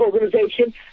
organization